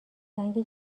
جنگ